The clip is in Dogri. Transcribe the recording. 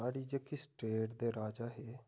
साढ़ी जेह्की स्टेट दे राजा हे